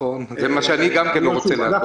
גם אני לא רוצה להטעות.